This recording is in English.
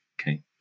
Okay